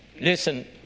Listen